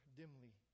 dimly